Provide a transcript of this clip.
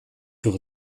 door